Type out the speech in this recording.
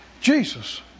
Jesus